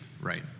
right